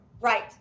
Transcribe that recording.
Right